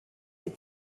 est